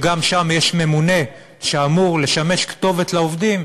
גם שם יש ממונה שאמור לשמש כתובת לעובדים,